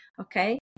Okay